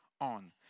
on